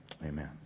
Amen